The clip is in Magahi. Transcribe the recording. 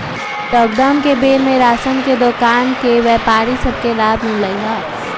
लॉकडाउन के बेर में राशन के दोकान के व्यापारि सभ के लाभ मिललइ ह